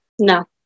No